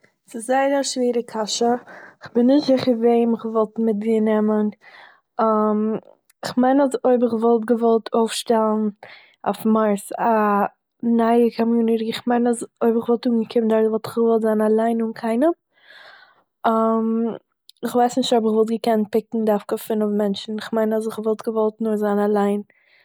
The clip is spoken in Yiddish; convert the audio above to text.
ס'איז זייער א שווערע קשיא, איך בין נישט זיכער וועם איך וואלט מיטגענעמען, איך מיין אז איך וואלט געוואלט אויפשטעלן אויף מארס א נייע קאמיוניטי, כ'מיין אז אויב איך וואלט אנגעקומען דארט וואלט איך געוואלט זיין אליין אן קיינעם, איך ווייס נישט אויב איך וואלט געקענט פיקן דווקא פינף מענטשן, איך מיין אז כ'וואלט געוואלט נאר זיין אליין